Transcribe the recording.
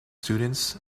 students